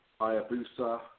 Ayabusa